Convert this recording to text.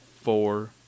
four